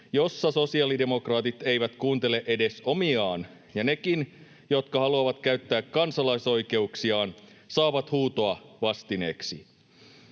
jossa sosiaalidemokraatit eivät kuuntele edes omiaan, ja nekin, jotka haluavat käyttää kansalaisoikeuksiaan, saavat huutoa vastineeksi.